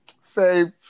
say